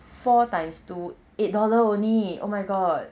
four times two eight dollar only oh my god